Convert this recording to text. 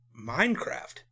Minecraft